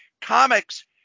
comics